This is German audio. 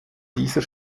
dieser